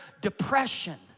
depression